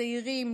צעירים,